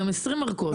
גם 20 ארכות.